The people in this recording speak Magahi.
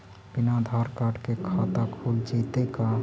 बिना आधार कार्ड के खाता खुल जइतै का?